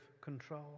control